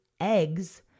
eggs